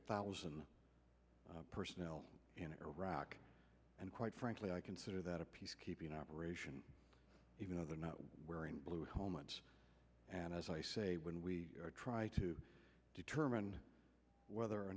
thousand personnel in iraq and quite frankly i consider that a peacekeeping operation even though they're not wearing blue helmets and as i say when we try to determine whether or